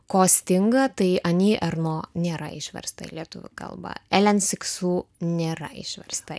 ko stinga tai ani arno nėra išversta į lietuvių kalbą elen siksu nėra išversta